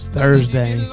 Thursday